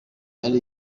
ari